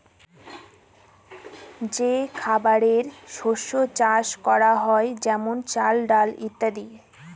যে খাবারের শস্য চাষ করা হয় যেমন চাল, ডাল ইত্যাদি